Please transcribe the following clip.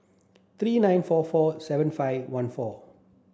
three nine four four seven five one four